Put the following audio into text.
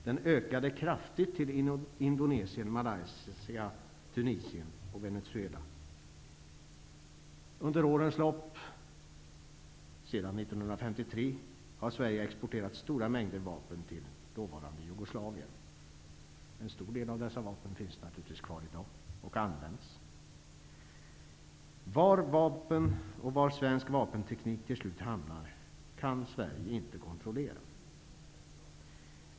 Den ökade kraftigt till Indonesien, Under årens lopp sedan 1953 har Sverige exporterat stora mängder vapen till dåvarande Jugoslavien. En stor del av dessa vapen finns naturligtvis kvar i dag och används. Var svenska vapen och svensk vapenteknik till slut hamnar kan Sverige inte kontrollera.